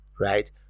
right